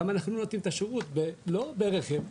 גם אנחנו נותנים את השירות לא ברכב,